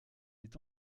est